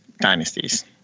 dynasties